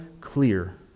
clear